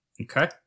Okay